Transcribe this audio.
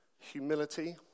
humility